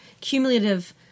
cumulative